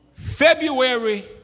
February